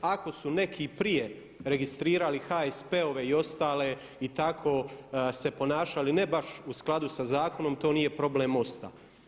Ako su neki prije registrirali HSP-ove i ostale i tako se ponašali ne baš u skladu sa zakonom to nije problem MOST-a.